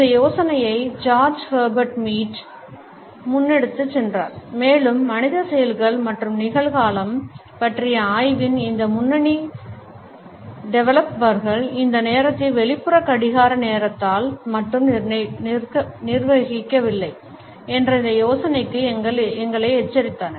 இந்த யோசனையை George Herbert Mead George Herbert Mead முன்னெடுத்துச் சென்றார் மேலும் மனித செயல்கள் மற்றும் நிகழ்காலம் பற்றிய ஆய்வின் இந்த முன்னணி டெவலப்பர்கள் இந்த நேரத்தை வெளிப்புற கடிகார நேரத்தால் மட்டுமே நிர்வகிக்கவில்லை என்ற இந்த யோசனைக்கு எங்களை எச்சரித்தனர்